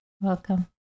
Welcome